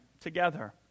together